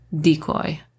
Decoy